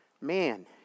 Man